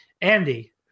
Andy